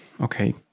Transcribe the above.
Okay